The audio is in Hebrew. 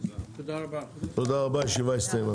תודה רבה, הישיבה הסתיימה.